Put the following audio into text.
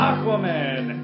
Aquaman